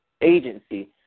Agency